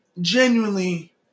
genuinely